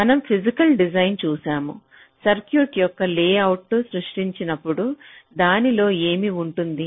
మనం physical design చూశాము circuit యొక్క లేఅవుట్ను సృష్టించినప్పుడు దానిలో ఏమి ఉంటుంది